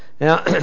now